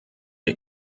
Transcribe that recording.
der